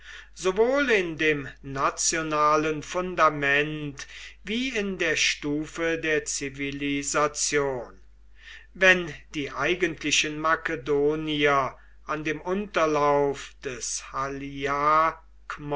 sowohl in dem nationalen fundament wie in der stufe der zivilisation wenn die eigentlichen makedonier an dem unterlauf des